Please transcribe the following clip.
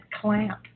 clamp